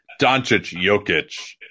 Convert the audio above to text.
Doncic-Jokic